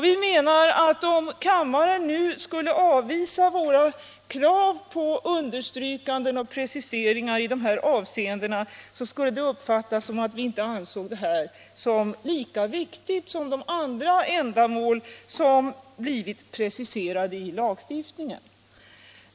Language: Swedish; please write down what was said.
Vi menar att om kammaren nu skulle avvisa våra krav på understrykanden och preciseringar i dessa avseenden kunde det uppfattas som om riksdagen inte ansåg detta lika viktigt som de andra ändamål som blivit preciserade i lagstiftningen.